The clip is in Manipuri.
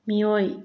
ꯃꯤꯑꯣꯏ